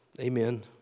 Amen